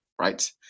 right